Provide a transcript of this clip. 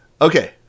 Okay